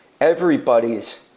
Everybody's